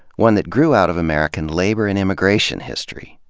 one that grew out of american labor and immigration history,